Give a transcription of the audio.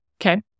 Okay